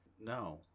No